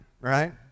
right